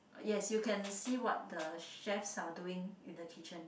yes you can see what the chef are doing in the kitchen